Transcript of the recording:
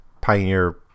pioneer